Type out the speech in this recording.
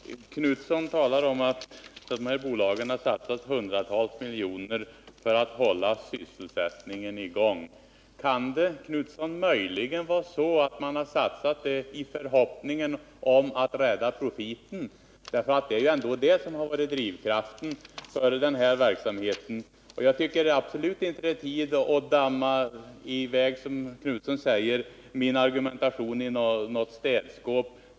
Herr talman! Herr Knutson talar om att de här bolagen har satsat hundratals miljoner för att hålla sysselsättningen i gång. Kan det, herr Knutson, möjligen vara så, att man har satsat i förhoppning om att rädda profiten? Det är ju ändå den som har varit drivkraften i verksamheten. Jag tycker absolut inte att det är dags att, som herr Knutson sade, gömma undan min argumentation i något städskåp.